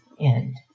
end